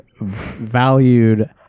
valued